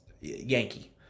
Yankee